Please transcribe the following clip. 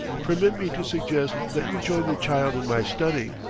permit me to suggest that you join the child in my study.